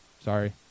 sorry